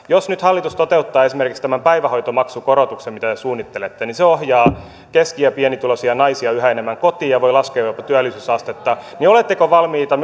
jos nyt hallitus toteuttaa esimerkiksi tämän päivähoitomaksukorotuksen mitä te suunnittelette niin se ohjaa keski ja pienituloisia naisia yhä enemmän kotiin ja voi laskea jopa työllisyysastetta oletteko valmiita